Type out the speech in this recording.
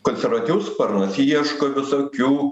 konservatyvus sparnas ieško visokių